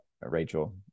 Rachel